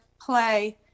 play